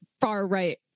far-right